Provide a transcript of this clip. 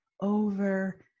over